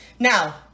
Now